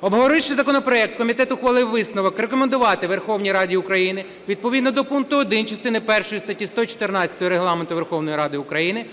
Обговоривши законопроект, комітет ухвалив висновок рекомендувати Верховній Раді України відповідно до пункту 1 частини першої статті 114 Регламенту Верховної Ради України